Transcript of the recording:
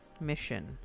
Mission